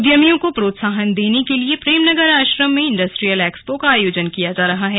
उद्यमियों को प्रोत्साहन देने के लिए प्रेमनगर आश्रम में इंडस्ट्रियल एक्सपो का आयोजन किया जा रहा है